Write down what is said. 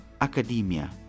academia